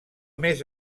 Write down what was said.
més